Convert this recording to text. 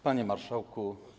Panie Marszałku!